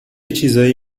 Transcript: چیزایی